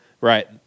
Right